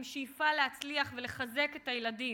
עם שאיפה להצליח ולחזק את הילדים,